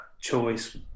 choice